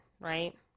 right